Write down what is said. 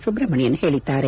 ಸುಬ್ರಮಣೆಯನ್ ಹೇಳಿದ್ದಾರೆ